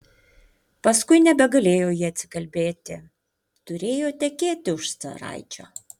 paskui nebegalėjo ji atsikalbėti turėjo tekėti už caraičio